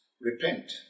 repent